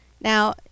Now